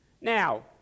Now